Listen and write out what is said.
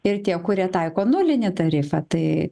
ir tie kurie taiko nulinį tarifą tai